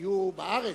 שיהיו בארץ.